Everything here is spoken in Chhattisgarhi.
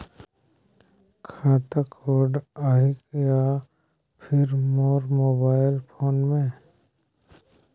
खाता कोड आही या फिर मोर मोबाइल फोन मे?